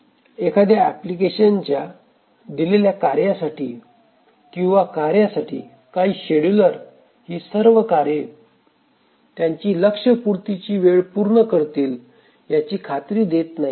एखाद्या एप्लिकेशनच्या दिलेल्या कार्य साठी किंवा कार्यांसाठी काही शेड्युलर ही सर्व कार्ये त्यांची लक्ष पूर्तीची वेळ पूर्ण करतील याची खात्री देत नाहीत